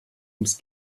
ums